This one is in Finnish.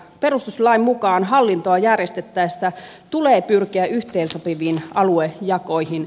perustuslain mukaan hallintoa järjestettäessä tulee pyrkiä yhteensopiviin aluejakoihin